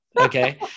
Okay